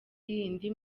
yindi